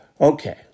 Okay